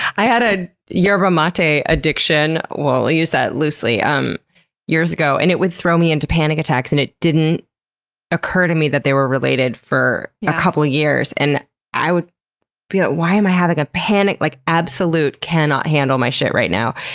i had a yerba matte addiction, we'll ah use that term loosely, um years ago. and it would throw me into panic attacks and it didn't occur to me that they were related for a couple of years, and i would be, why am i having a panic? like absolute, cannot handle my shit right now.